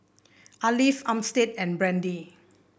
Arleth Armstead and Brandy